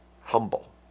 Humble